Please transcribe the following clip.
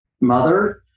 mother